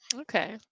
Okay